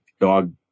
dog